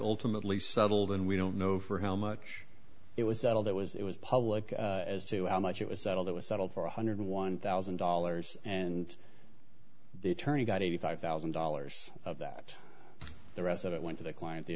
ultimately settled and we don't know for how much it was all that was it was public as to how much it was settled it was settled for one hundred and one thousand dollars and the attorney got eighty five thousand dollars of that the rest of it went to the client the